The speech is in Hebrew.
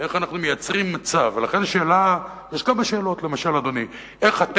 איך אנחנו מייצרים מצב, ולכן, יש כמה שאלות.